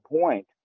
point